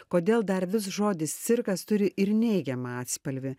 kodėl dar vis žodis cirkas turi ir neigiamą atspalvį